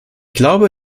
glaube